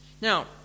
Now